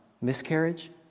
miscarriage